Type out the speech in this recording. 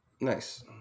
Nice